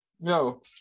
No